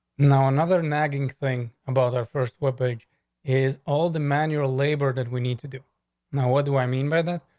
no. another nagging thing about our first web page is all the manual labor that we need to do now. what do i mean by that?